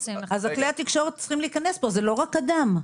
כלי התקשורת צריכים להיכנס פה, זה לא רק אדם.